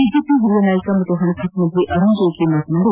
BJP ಹಿರಿಯ ನಾಯಕ ಹಾಗೂ ಹಣಕಾಸು ಸಚಿವ ಅರುಣ್ ಜೇಟ್ಲ ಮಾತನಾಡಿ